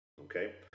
Okay